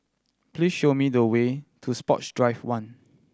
please show me the way to Sports Drive One